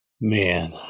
Man